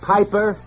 Piper